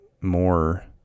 more